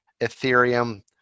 Ethereum